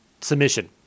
submission